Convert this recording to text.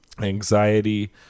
anxiety